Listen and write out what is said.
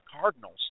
Cardinals